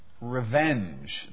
revenge